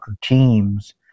teams